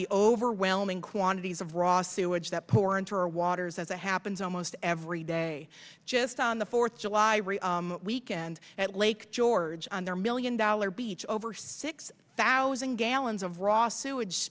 the overwhelming quantities of raw sewage that poor and for waters as it happens almost every day just on the fourth of july weekend at lake george on their million dollar beach over six thousand gallons of raw sewage